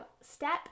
step